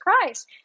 Christ